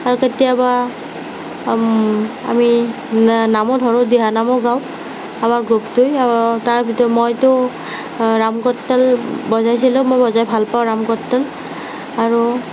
আৰু কেতিয়াবা আমি নামো ধৰোঁ দিহানামো গাওঁ আমাৰ গ্ৰুপটোৱে তাৰ ভিতৰত মইতো ৰাম কৰতাল বজাইছিলোঁ মই বজাই ভাল পাওঁ ৰাম কৰতাল আৰু